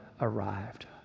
arrived